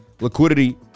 liquidity